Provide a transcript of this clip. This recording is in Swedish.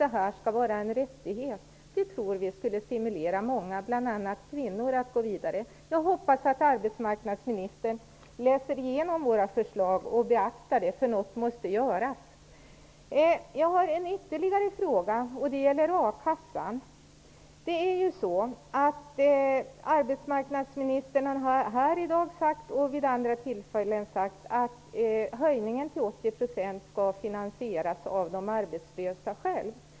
Det skall i stället vara en rättighet. Det tror vi skulle stimulera många, bl.a. kvinnor, att gå vidare. Jag hoppas att arbetsmarknadsministern läser igenom våra förslag och beaktar dem. Något måste ju göras. Jag har ytterligare en fråga. Det gäller a-kassan. Arbetsmarknadsministern har i dag och vid andra tillfällen sagt att höjningen till 80 % skall finansieras av de arbetslösa själva.